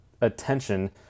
attention